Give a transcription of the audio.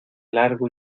largo